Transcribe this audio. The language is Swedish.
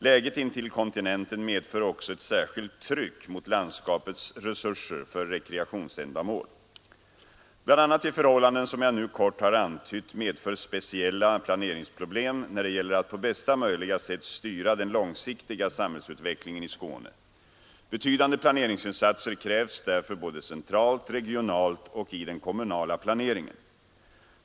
Läget intill kontinenten medför också ett särskilt tryck mot landskapets resurser för rekreationsändamål. Bl. a. de förhållanden som jag nu kort har antytt medför speciella planeringsproblem när det gäller att på bästa möjliga sätt styra den långsiktiga samhällsutvecklingen i Skåne. Betydande planeringsinsatser krävs därför både centralt, regionalt och i den kommunala planeringen.